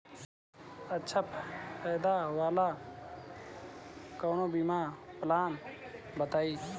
अच्छा फायदा वाला कवनो बीमा पलान बताईं?